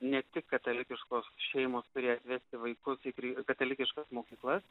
ne tik katalikiškos šeimos turi atvesti vaikus į katalikiškas mokyklas